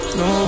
no